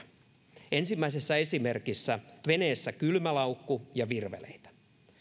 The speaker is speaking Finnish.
kolme esimerkkiä ensimmäisessä esimerkissä veneessä kylmälaukku ja virveleitä